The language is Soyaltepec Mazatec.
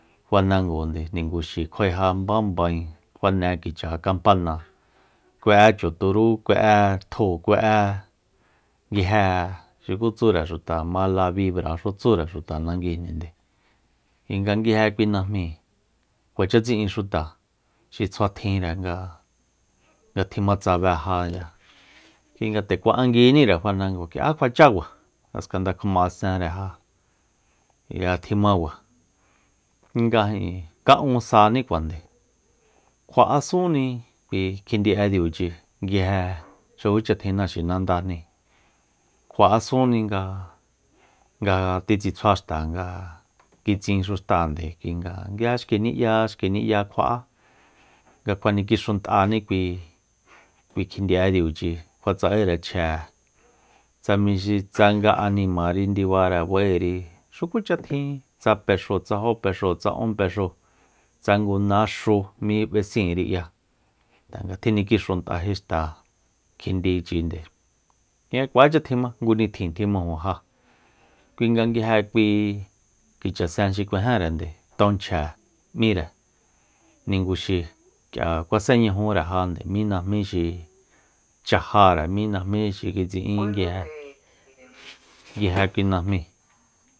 Fanangonde ninguxi kjuae ja mbaen mbaen kjuane kicha kampana kue'é chu turú kue'é tjúu kue'e nguije xuku tsure xuta malabibra xu tsure xuta nanguijninde kui nga nguije kui najmíi kuacha tsi'in xuta xi tsjua tjinre nga tjima tsabe jaya kui nga nde kua'anguinire fanango ja k'ia kjua chák'ia jaskanda kjuma esenre ja k'ia tjimakua nga ijin ka'ún sanikuande kjua'asúnni kjindi'e diuchi nguije xukucha tjin naxinandajni kjua'asunni nga- nga titsitjuaxta nga kitsinxuxtáa nga nguije xki ni'ya xki ni'ya kjua'á nga kjuanikixant'ani kui- kui kjindi'e diuchi kjua tsa'ére chje tsa mixi tsanga animari ndibare ba'éri tukucha tjin tsa pexúu tsa jó pexu tsa ún pexúu tsa ngu naxu mí b'esinri k'ia tanga tjinikixunt'aje xta kjindichinde kui nga kuacha tjima ngu nitjin tjimajun ja kui nga nguije kui kichasen xi kuejenrende tonchje m'íre niguxi k'ia kuaseñajunre nde mí najmí xi chajare mí najmíxi kitsi'ín nguije kui najmíi